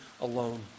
alone